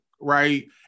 right